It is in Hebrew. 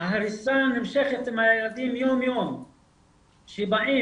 ההריסה נמשכת עם הילדים יום יום, כשבאים,